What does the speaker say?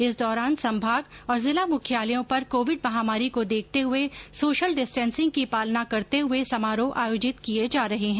इस दौरान संभाग और जिला मुख्यालयों पर कोविड महामारी को देखते हुए सोशल डिस्टेंसिंग की पालना करते हुए समारोह आयोजित किए जा रहे हैं